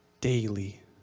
daily